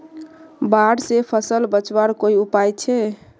बाढ़ से फसल बचवार कोई उपाय छे?